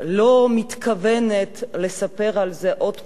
אני לא מתכוונת לספר על זה עוד הפעם,